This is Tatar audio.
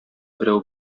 берәү